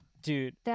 Dude